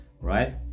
right